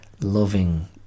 loving